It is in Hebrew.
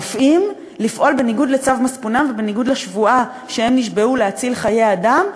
לפעול בניגוד לצו מצפונם ובניגוד לשבועה שהם נשבעו להציל חיי אדם,